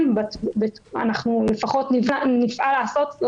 אפשר לפנות אלי